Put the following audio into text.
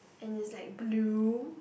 and it's like blue